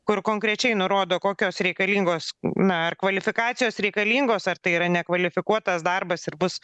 kur konkrečiai nurodo kokios reikalingos na ar kvalifikacijos reikalingos ar tai yra nekvalifikuotas darbas ir bus